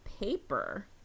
paper